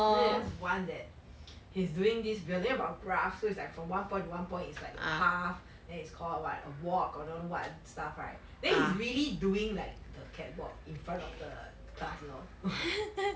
you know there was once that he is doing this we are there about school ah so is like from one point to one point is like far then is called like a walk or don't know what stuff right then he really doing like the cat walk in front of the class you know